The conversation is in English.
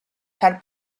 had